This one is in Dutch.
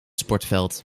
sportveld